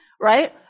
right